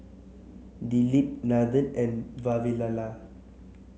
Dilip Nathan and Vavilala